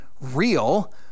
real